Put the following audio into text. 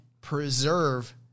preserve